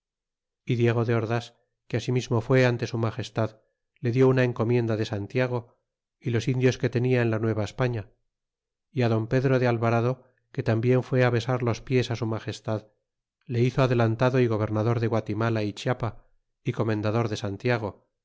y diego de ordas que asimismo fué ante su magestad le di una encomienda de san tiago y los indios que tenia en la nueva españa y don pedro de alvarado que tambien fué besar los pies su magestad le hizo adelantado y gobernador de guatirnala y chiapa y comendador de san